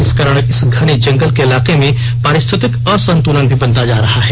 इस कारण इस घने जंगल के इलाके में पारिस्थितिक असंतुलन भी बनता जा रहा है